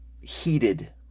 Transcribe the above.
heated